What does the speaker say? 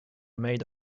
made